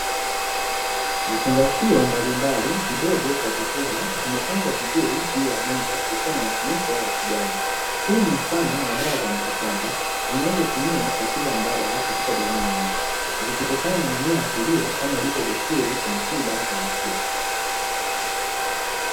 Vifungashio mbalimbali vidogo kwa vikubwa, vimepangwa vizuri juu ya meza, vikiwa na mifuniko ya kijani, huu ni mfano wa dawa za mitishamba, zinazotumiwa kwa tiba mbadala katika jamii nyingi, zikitokana na mimea asilia kama ilivyo desturi kwenye tiba za asili.